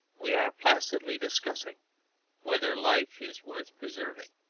we are placidly discussing whether life is worth preserving.